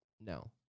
no